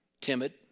timid